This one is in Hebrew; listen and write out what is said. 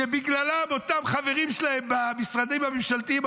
שבגללם אותם חברים שלהם במשרדים הממשלתיים,